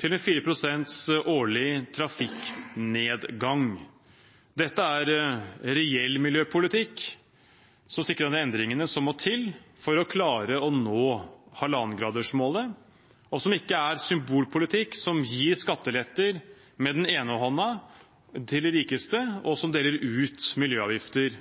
til 4 pst. årlig trafikknedgang. Dette er reell miljøpolitikk som sikrer de endringene som må til for å klare å nå 1,5-gradersmålet, og som ikke er symbolpolitikk som gir skatteletter til de rikeste med den ene hånda, og som deler ut miljøavgifter